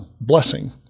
blessing